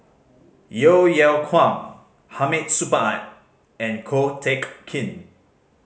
Yeo Yeow Kwang Hamid Supaat and Ko Teck Kin